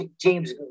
James